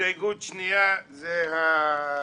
הצבעה בעד ההסתייגות מיעוט נגד, רוב